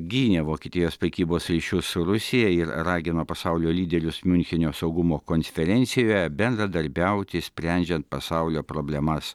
gynė vokietijos prekybos ryšius su rusija ir ragino pasaulio lyderius miunchenio saugumo konferencijoje bendradarbiauti sprendžiant pasaulio problemas